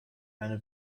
eine